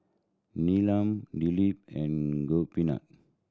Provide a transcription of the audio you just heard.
Neelam Dilip and Gopinath